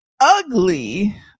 ugly